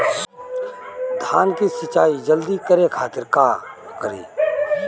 धान के सिंचाई जल्दी करे खातिर का करी?